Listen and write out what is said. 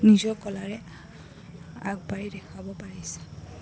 নিজৰ কলাৰে আগবাঢ়ি দেখাব পাৰিছে